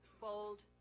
bold